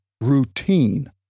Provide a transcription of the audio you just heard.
routine